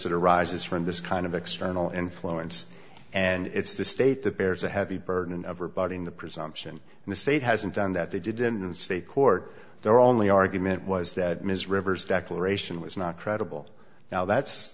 that arises from this kind of external influence and it's the state that bears a heavy burden of her body in the presumption and the state hasn't done that they didn't state court there only argument was that ms rivers declaration was not credible now that's